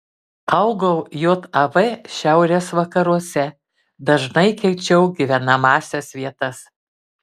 augau jav šiaurės vakaruose dažnai keičiau gyvenamąsias vietas